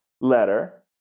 letter